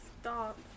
stop